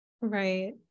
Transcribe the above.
right